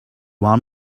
want